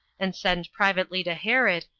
and sent privately to herod,